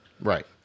Right